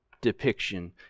depiction